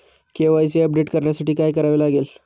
KYC update करण्यासाठी काय करावे लागेल?